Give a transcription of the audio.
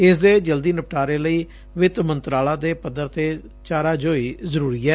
ਇਸ ਦੇ ਜਲਦੀ ਨਿਪਟਾਰੇ ਲਈ ਵਿੱਤ ਮੰਤਰਾਲਾ ਦੇ ਪੱਧਰ ਤੇ ਚਾਰਾਜੋਈ ਜ਼ਰੂਰੀ ਐ